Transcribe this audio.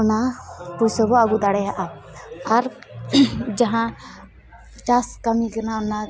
ᱚᱱᱟ ᱯᱩᱭᱥᱟᱹᱵᱚ ᱟᱹᱜᱩ ᱫᱟᱲᱮᱭᱟᱜᱼᱟ ᱟᱨ ᱡᱟᱦᱟᱸ ᱪᱟᱥ ᱠᱟᱹᱢᱤᱠᱟᱱᱟ ᱚᱱᱟ